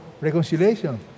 reconciliation